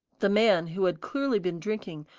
the man, who had clearly been drinking,